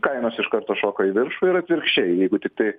kainos iš karto šoka į viršų ir atvirkščiai jeigu tiktai